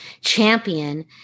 champion